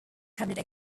cabinet